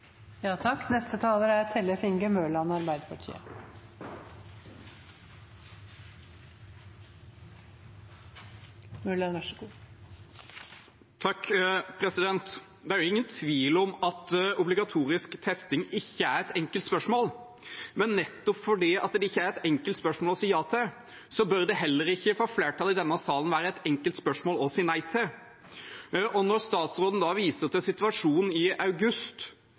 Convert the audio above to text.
Det er jo ingen tvil om at obligatorisk testing ikke er et enkelt spørsmål. Men nettopp fordi det ikke er et enkelt spørsmål å si ja til, bør det for flertallet i denne salen heller ikke være et enkelt spørsmål å si nei til. Statsråden viser til situasjonen i august.